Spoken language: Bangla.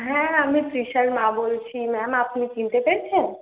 হ্যাঁ আমি তৃষার মা বলছি ম্যাম আপনি চিনতে পেরেছেন